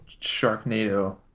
Sharknado